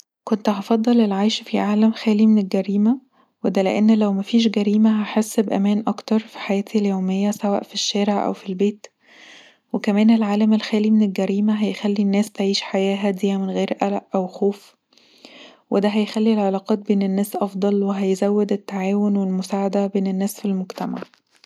كنت هفضل العيش في عالم خالي من الجريمه وده لأن لو مفيش جريمه هحس بأمان اكتر في حياتي اليوميه سواء في الشارع او في البيت وكمان العالم الخالي من الجريمه هيخلي الناس تعيش حياة هاديه من غير قلق او خوف وده هيخلي العلاقات بين الناس أفضل وهيزود التعاون والمساعده بين الناس في المجتمع